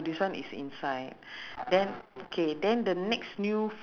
not bad you know the and the thing that I like is